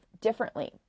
differently